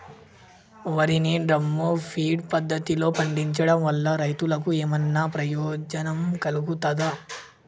వరి ని drum feed పద్ధతిలో పండించడం వల్ల రైతులకు ఏమన్నా ప్రయోజనం కలుగుతదా?